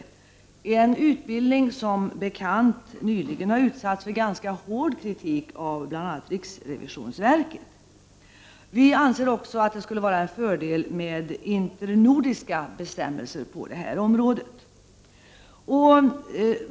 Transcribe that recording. Den utbildningen har som bekant nyligen utsatts för ganska hård kritik av bl.a. riksrevisionsverket. Vi anser att det skulle vara en fördel med internordiska bestämmelser på det här området.